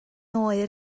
oer